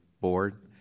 board